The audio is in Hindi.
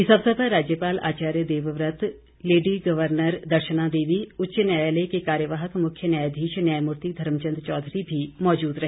इस अवसर पर राज्यपाल आचार्य देवव्रत लेडी गर्वनर दर्शना देवी उच्च न्यायालय के कार्यवाहक मुख्य न्यायाधीश न्यायमूर्ति धर्मचंद चौधरी भी मौजूद रहे